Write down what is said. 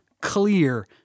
clear